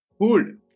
Food